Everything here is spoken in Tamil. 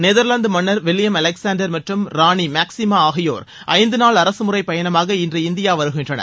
நெதர்லாந்து மன்னர் வில்லியம் அலெக்ஸாண்டர் மற்றம் ராணி மேக்ஸிமா ஆகியோர் ஐந்து நாள் அரசுமுறை பயணமாக இன்று இந்தியா வருகின்றனர்